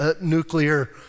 nuclear